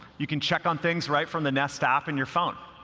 you can check on things right from the nest app in your phone.